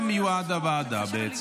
לשם כך מיועדת הוועדה,